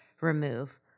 remove